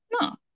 No